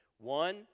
One